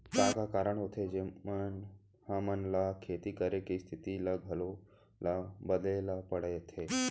का का कारण होथे जेमन मा हमन ला खेती करे के स्तिथि ला घलो ला बदले ला पड़थे?